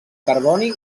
carboni